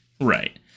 Right